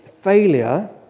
Failure